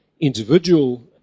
individual